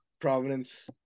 Providence